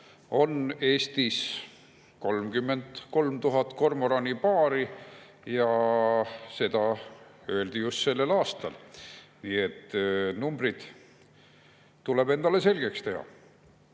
on Eestis 33 000 kormoranipaari ja seda öeldi just sel aastal. Nii et numbrid tuleb endale selgeks teha.